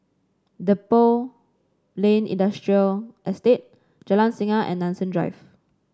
Depot Lane Industrial Estate Jalan Singa and Nanson Drive